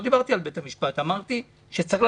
לא קידמתי את המשפט העברי מהסיבה שאני